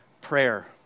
prayer